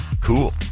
Cool